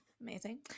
Amazing